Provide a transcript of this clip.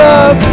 up